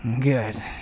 Good